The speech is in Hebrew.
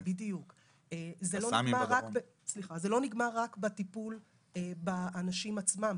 זה לא נגמר רק בטיפול באנשים עצמם,